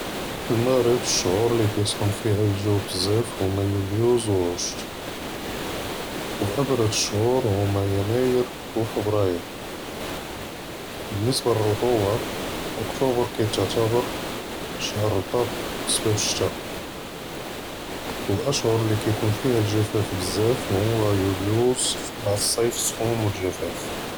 פִּלְמַרְבַּגּ שְהוּר לִי כּיסְכֵּן פִיהוּ לְגַוּ בְּזַאף הוּמָּה יולי ו זּוּרַשְת, ו אַבְּרַד שְהוּר הוּמָּה יַנַאיִר ו פֶבּרַאיִר, בִּנְסְבַּה לְרְטוּבַּה אוֹקטוּבּר כּיתַעְתָּבַר שְהַר רָטִב בִּסְבָּאב שְטַא, וּלְאֶשְהוּר לִי כּיְקוּן פִיהוּ לְגִ'פָּה בְּזַאף הוּא יולי מַעַ אֶל־סַיִּף סְכּוּן וּלְגִ'פָּה.